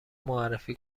معرفی